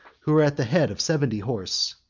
who were at the head of seventy horse.